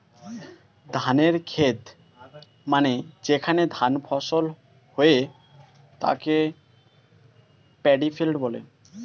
ধানের খেত মানে যেখানে ধান ফসল হয়ে তাকে প্যাডি ফিল্ড বলে